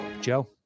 Joe